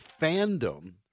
fandom